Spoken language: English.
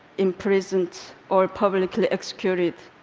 imprisoned, or publicly executed.